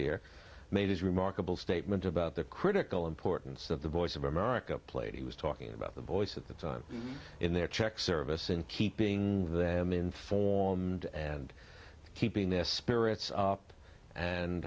here made his remarkable statement about the critical importance of the voice of america play he was talking about the voice at the time in their check service in keeping them informed and keeping their spirits up and